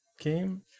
game